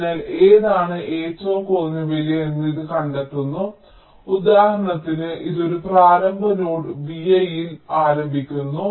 അതിനാൽ ഏതാണ് ഏറ്റവും കുറഞ്ഞ വിലയെന്ന് ഇത് കണ്ടെത്തുന്നു ഉദാഹരണത്തിന് ഇത് ഒരു പ്രാരംഭ നോഡ് vi ൽ ആരംഭിക്കുന്നു